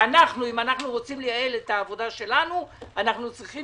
שאם אנחנו רוצים לייעל את העבודה שלנו אנחנו צריכים